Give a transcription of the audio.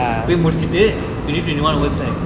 இப்பயே முடிச்சிட்டு:ippaye mudichitu twenty twenty one worse right